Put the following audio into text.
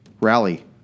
Rally